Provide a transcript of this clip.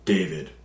David